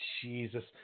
Jesus